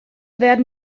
werden